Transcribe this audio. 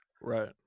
right